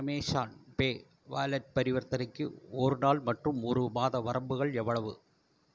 Amazon Pay wallet பரிவர்த்தனைக்கு ஒரு நாள் மற்றும் ஒரு மாத வரம்புகள் எவ்வளவு